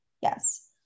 Yes